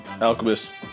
Alchemist